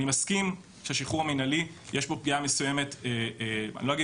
אני מסכים שבשחרור המינהלי יש פגיעה מסוימת בהרתעה,